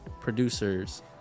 producers